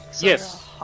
Yes